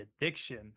addiction